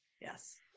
Yes